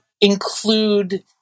include